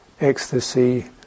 ecstasy